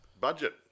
budget